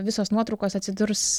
visos nuotraukos atsidurs